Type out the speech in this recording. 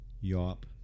yop